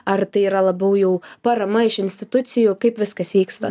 ar tai yra labiau jau parama iš institucijų kaip viskas vyksta